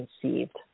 conceived